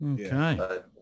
Okay